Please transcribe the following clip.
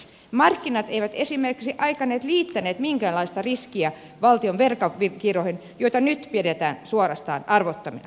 markkinat eivät esimerkiksi aikoinaan liittäneet minkäänlaista riskiä valtion velkakirjoihin joita nyt pidetään suorastaan arvottomina